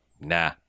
nah